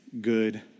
Good